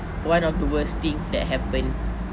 one of the worst things that happened